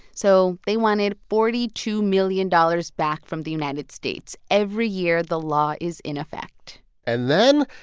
so they wanted forty two million dollars back from the united states every year the law is in effect and then